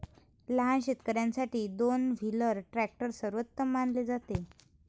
लहान शेतकर्यांसाठी दोन व्हीलर ट्रॅक्टर सर्वोत्तम मानले जाते